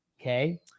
okay